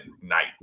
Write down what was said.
night